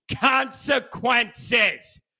consequences